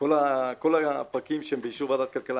כל הפרקים שהם באישור ועדת כלכלה,